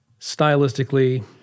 stylistically